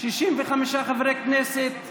65 חברי כנסת נגד.